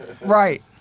Right